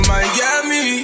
Miami